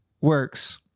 works